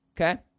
Okay